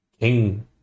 King